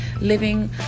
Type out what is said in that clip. living